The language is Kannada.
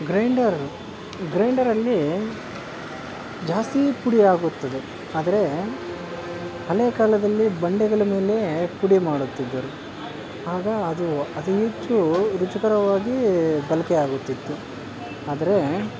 ಗ್ರೈಂಡರ್ ಗ್ರೈಂಡರಲ್ಲಿ ಜಾಸ್ತಿ ಪುಡಿಯಾಗುತ್ತದೆ ಆದರೆ ಹಳೆ ಕಾಲದಲ್ಲಿ ಬಂಡೆಗಳ ಮೇಲೆಯೇ ಪುಡಿ ಮಾಡುತ್ತಿದ್ದರು ಆಗ ಅದು ಅತಿ ಹೆಚ್ಚು ರುಚಿಕರವಾಗಿ ಬಳ್ಕೆ ಆಗುತ್ತಿತ್ತು ಆದರೆ